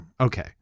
okay